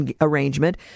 arrangement